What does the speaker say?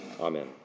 Amen